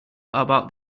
about